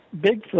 Bigfoot